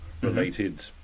related